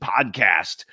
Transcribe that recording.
podcast